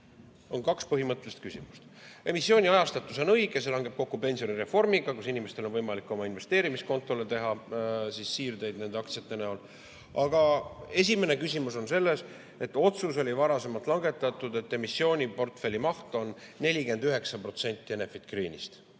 on kaks põhimõttelist küsimust. Emissiooni ajastatus on õige, see langeb kokku pensionireformiga, kus inimestel on võimalik oma investeerimiskontole teha siirdeid nende aktsiate näol. Aga esimene küsimus on selles, et varem langetati otsus, et emissiooniportfelli maht on 49% Enefit Greenist.